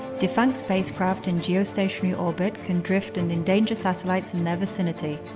defunct spacecraft in geostationary orbit can drift and endanger satellites in their vicinity.